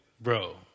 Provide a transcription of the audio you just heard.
bro